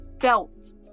felt